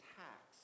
tax